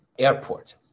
airport